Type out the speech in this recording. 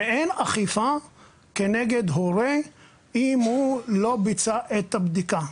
ואין אכיפה כנגד הורה אם הוא לא ביצע את הבדיקה,